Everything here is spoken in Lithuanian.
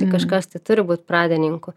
tai kažkas turi būt pradininku